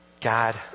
God